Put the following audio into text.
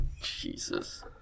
Jesus